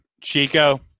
Chico